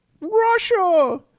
Russia